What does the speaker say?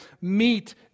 meet